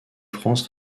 france